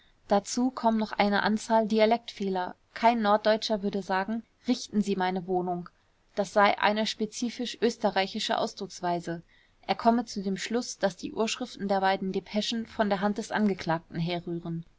dazu kommen noch eine anzahl dialektfehler kein norddeutscher würde sagen richten sie meine wohnung das sei eine spezifisch österreichische ausdrucksweise er komme zu dem schluß daß die urschriften der beiden depeschen von der hand des angeklagten herrühren